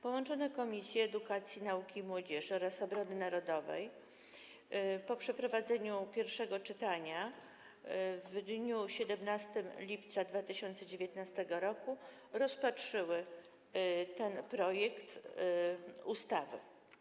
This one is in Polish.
Połączone Komisje: Edukacji, Nauki i Młodzieży oraz Obrony Narodowej po przeprowadzeniu pierwszego czytania w dniu 17 lipca 2019 r. rozpatrzyły ten projekt ustawy.